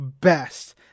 best